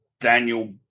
Daniel